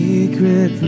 Secret